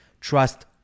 trust